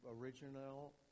original